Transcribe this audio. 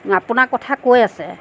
আপোনাৰ কথা কৈ আছে